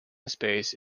space